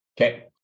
okay